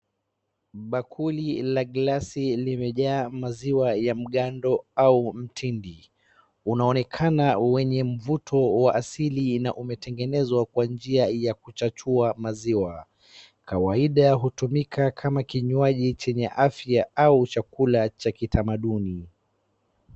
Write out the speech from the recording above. Bakuli la glasi limejaa maziwa ya mgando au mtindi. Unaonekana wenye mvuto wa asili na umetengenezwa kwa njia ya kuchachua maziwa. Kawaida hutumika kama kinywaji chenye afya aua chakula cha kitamanduni.